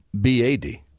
B-A-D